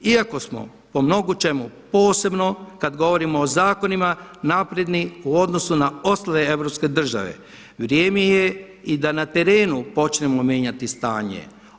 Iako smo po mnogo čemu posebno, kada govorimo o zakonima napredni u odnosu na ostale europske države vrijeme je i da na terenu počnemo mijenjati stanje.